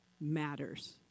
matters